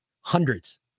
Hundreds